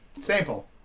Sample